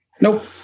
Nope